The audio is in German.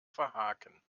verhaken